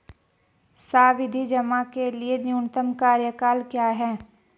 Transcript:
सावधि जमा के लिए न्यूनतम कार्यकाल क्या है?